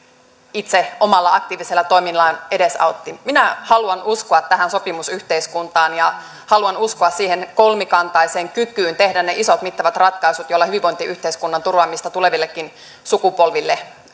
itse omalla aktiivisella toiminnallaan edesauttoi minä haluan uskoa tähän sopimusyhteiskuntaan ja haluan uskoa kolmikantaiseen kykyyn tehdä ne isot mittavat ratkaisut joilla hyvinvointiyhteiskunnan turvaamista tulevillekin sukupolville